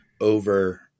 over